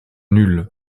nul